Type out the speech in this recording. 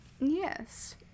Yes